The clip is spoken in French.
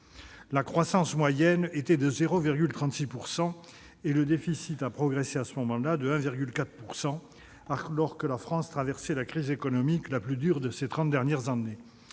la croissance moyenne était de 0,36 % et le déficit a progressé de 1,4 %, alors que la France traversait la crise économique la plus dure de ces trente dernières années.